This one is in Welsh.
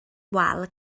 wal